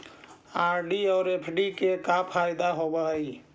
RD और FD के का फायदा होव हई?